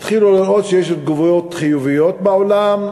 התחילו לראות שיש תגובות חיוביות בעולם,